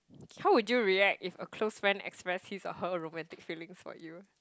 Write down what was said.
how would you react if a close friend express his or her romantic feeling for you